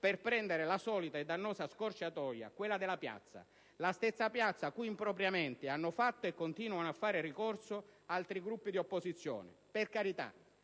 per prendere la solita e dannosa scorciatoia, quella della piazza. La stessa piazza cui impropriamente hanno fatto e continuano a fare ricorso altri Gruppi di opposizione. Per carità: